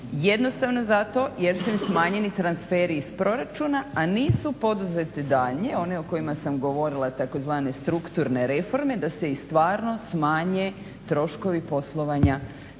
Jednostavno zato jer su im smanjeni transferi iz proračuna, a nisu poduzete daljnje, one o kojima sam govorila, tzv. strukturne reforme. Da se i stvarno smanje troškovi poslovanja